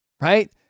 Right